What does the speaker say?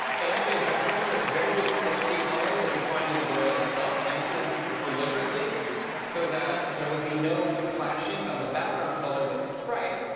it has a background that's very different than any color that you find in the gorilla itself, and this is deliberately so that there would be no clashing of the background color with the sprite.